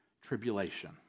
tribulation